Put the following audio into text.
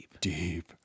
Deep